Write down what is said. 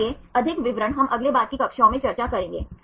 इसलिए अधिक विवरण हम अगले बाद की कक्षाओं में चर्चा करेंगे